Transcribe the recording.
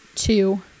Two